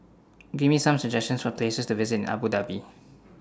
Give Me Some suggestions For Places to visit in Abu Dhabi